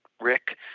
Rick